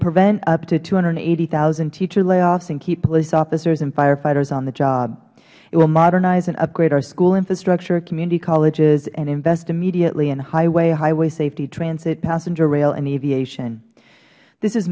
prevent up to two hundred and eighty thousand teacher layoffs and keep police officers and firefighters on the job it will modernize and upgrade our school infrastructure community colleges and invest immediately in highway highway safety transit passenger